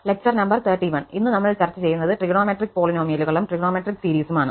lecture number 31 ഇന്ന് നമ്മൾ ചർച്ച ചെയ്യുന്നത് ട്രിഗണോമെട്രിക് പോളിനോമിയലുകളും ട്രിഗണോമെട്രിക് സീരീസുമാണ്